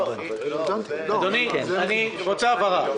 אדוני, אני רוצה הבהרה.